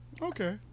Okay